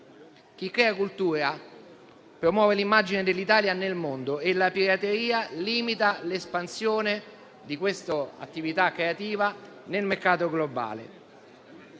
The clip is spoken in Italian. Chi crea cultura promuove l'immagine dell'Italia nel mondo e la pirateria limita l'espansione di quest'attività creativa nel mercato globale.